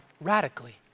radically